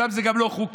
שם זה גם לא חוקי,